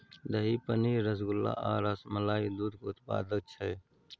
दही, पनीर, रसगुल्ला आ रसमलाई दुग्ध उत्पाद छै